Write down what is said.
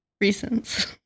reasons